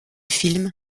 film